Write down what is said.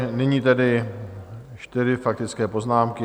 Nyní tedy čtyři faktické poznámky.